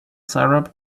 syrup